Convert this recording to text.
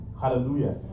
Hallelujah